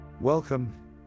Welcome